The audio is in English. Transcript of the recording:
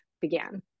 began